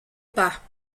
pas